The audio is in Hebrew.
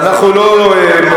אנחנו לא אומרים,